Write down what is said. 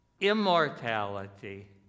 immortality